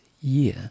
year